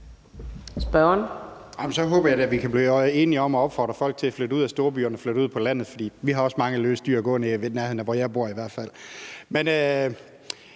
Så håber jeg da, at vi kan blive enige om at opfordre folk til at flytte ud af storbyerne og ud på landet, for vi har i hvert fald også mange løse dyr gående, i nærheden af hvor jeg bor. Men jeg